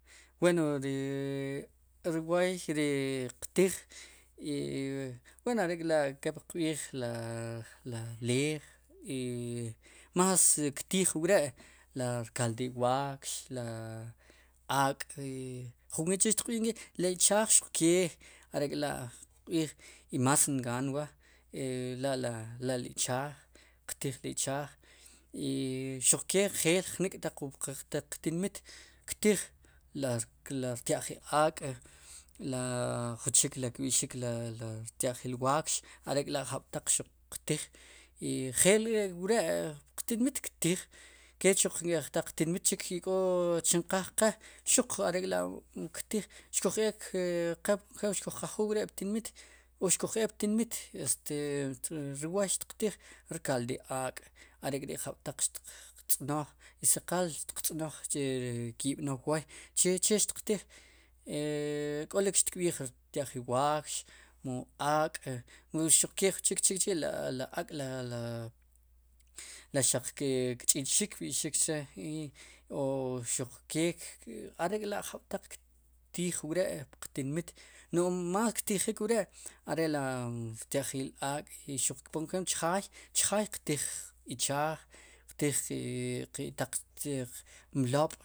Wen ri wooy ri qtiij wen are'k'la' kep qb'iij a la leej más ktiij wre' ri rkaldil waakx la ak' i jun weet chik xtiq b'iij nk'i le ichaaj kee are'k'la' qb'iij y más nqaan wa' la le ichaaj qtiij ri ichaaj i xuqke jeej jnik'taq qtinmiit ktij ri rtya'jil ak' la junchik ri kb'i'xik la rtya'jil waakx are'k'la'jab'taq qtiij njeel ri'wre' puqtinmiit qtiij kech nk'ej taq tinmiit chik ik'o chinqaaj qe xuq are'kla' wuk tiij, xkuj eek qe por ejemplo xkuj qajuul wre' ptinmiit o xkuj eek ptinmiit este ri woy xtiqtiij rkaldil ak' are'kri' jab'taq xtiqtz'noj si qal xtiqtz'noj ri ki'b'now wooy che che xtiqtiij k'olik xtkb'iij rtya'j ri waakx mu ak' mu xuq ke jun chik chikchi' li ak'li xaq kch'ilxik kb'i'xik chre' o xuq kee are'kla' jab'taq ktiij wre' ptinmiit no'j más ktijik wre' are'ri rtya'jiil ak' i xuq kponken chjaay qtiij ichaaj qtiij qe taq mloob'.